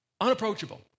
Unapproachable